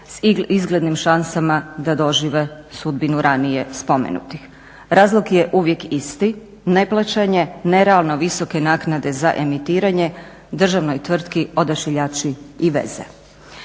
s izglednim šansama da dožive sudbinu ranije spomenutih. Razlog je uvijek isti, neplaćanje i nerealno visoke naknade za emitiranje državnoj tvrtki Odašiljači i veze.